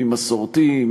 מי מסורתי,